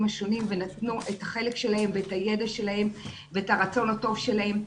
השונים ונתנו את החלק שלהם ואת הידע שלהם ואת הרצון הטוב שלהם.